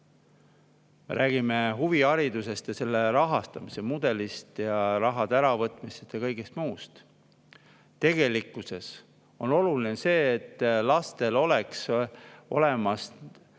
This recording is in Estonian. Me räägime huviharidusest ja selle rahastamise mudelist ja raha äravõtmisest ja kõigest muust. Tegelikkuses on oluline see, et lastel oleks olemas